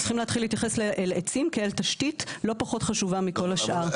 צריכים להתייחס לעצים כאל תשתית לא פחות חשובה מכל השאר.